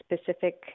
specific